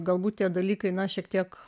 galbūt tie dalykai na šiek tiek